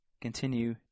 continue